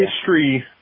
history